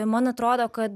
man atrodo kad